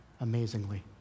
amazingly